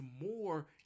more